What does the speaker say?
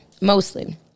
mostly